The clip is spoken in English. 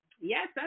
Yes